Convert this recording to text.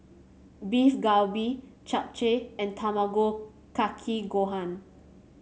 Beef Galbi Japchae and Tamago Kake Gohan